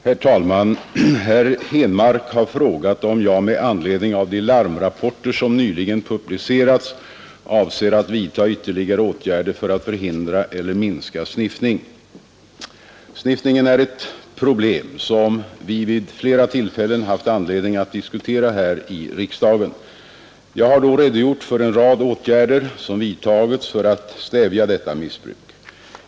Herr talman! Herr Henmark har frågat mig om jag med anledning av de larmrapporter som nyligen publicerats avser att vidta ytterligare åtgärder för att förhindra eller minska sniffning. Sniffningen är ett problem som vi vid flera tillfällen haft anledning att diskutera här i riksdagen. Jag har då redogjort för en rad åtgärder som vidtagits för att stävja detta missbruk.